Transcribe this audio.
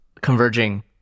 converging